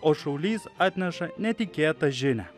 o šaulys atneša netikėtą žinią